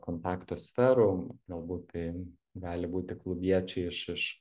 kontaktų sferų galbūt tai gali būti klubiečiai iš iš